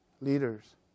leaders